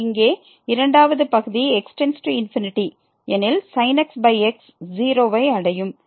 எனவே இங்கே இரண்டாவது பகுதி x→∞ எனில் sin x x 0 வை அடையும்